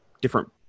different